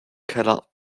keller